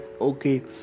okay